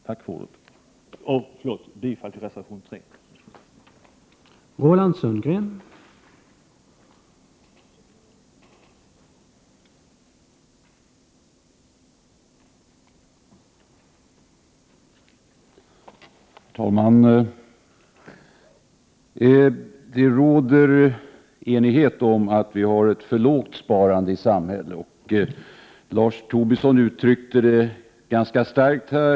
Jag yrkar bifall till reservation 3. Tack för ordet.